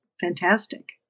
fantastic